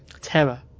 terror